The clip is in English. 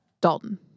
Dalton